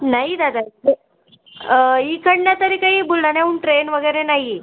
नाही दादा इकडनं तरी काही बुलढाण्याहून ट्रेन वगैरे नाही आहे